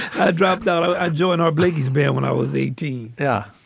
i dropped out. i joined our blakey's band when i was eighteen. yeah.